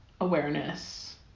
awareness